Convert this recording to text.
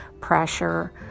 pressure